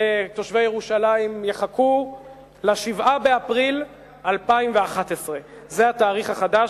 ותושבי ירושלים יחכו ל-7 באפריל 2011. זה התאריך החדש.